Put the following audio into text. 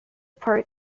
part